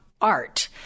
art